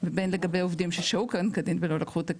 ובין לגבי עובדים ששהו כאן כדין ולא לקחו את הכסף,